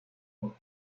como